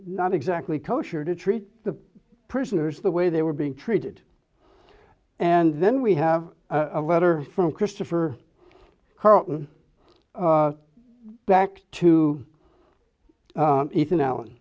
not exactly kosher to treat the prisoners the way they were being treated and then we have a letter from christopher carlton back to ethan allen